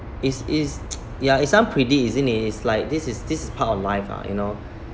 is is ya it's unpredi~ isn't it it's like this is this is part of life ah you know